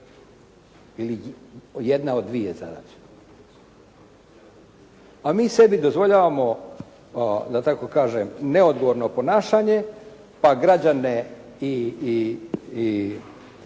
Ili jedna od dvije zadaće. A mi sebi dozvoljavamo da tako kažem neodgovorno ponašanje pa građane i